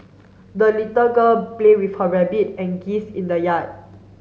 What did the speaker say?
the little girl play with her rabbit and geese in the yard